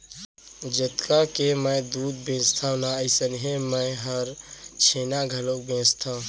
जतका के मैं दूद बेचथव ना अइसनहे मैं हर छेना घलौ बेचथॅव